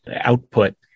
output